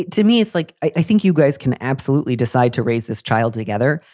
to me, it's like i think you guys can absolutely decide to raise this child together.